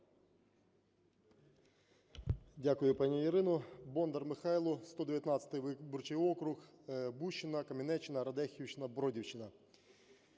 Дякую, пані Ірино. Бондар Михайло, 119 виборчий округ, Бущина, Кам'янеччина, Радехівщина, Бродівщина.